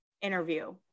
interview